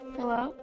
Hello